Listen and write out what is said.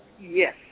Yes